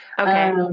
Okay